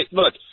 look